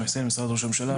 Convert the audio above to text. ממשרד ראש הממשלה.